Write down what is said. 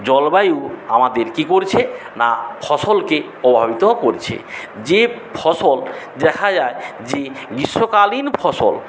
জলবায়ু আমাদের কী করছে না ফসলকে প্রভাবিত করছে যে ফসল দেখা যায় যে গ্রীষ্মকালীন ফসল